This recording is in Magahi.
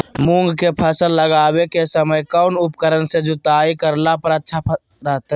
मूंग के फसल लगावे के समय कौन उपकरण से जुताई करला पर अच्छा रहतय?